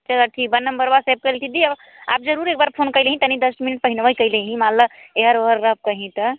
चलो ठीक बा नम्बर बा सेव कर लीनी दीदी आप ज़रूर एक बार फ़ोन करी लीनी तनिक दस मिनट पहल्वा कराही ताही माल वाल एही ता